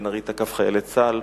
בן-ארי תקף חיילי צה"ל.